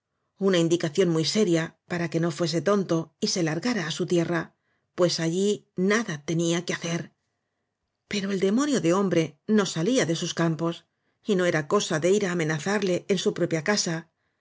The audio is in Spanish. una indicación muy seria para que no fuese torito y se largara á su tierra pues allí nada tenía que hacer pero el demonio de hombre no salía de sus campos y no era cosa de ir á amenazarle en su propia casa